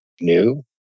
new